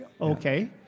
Okay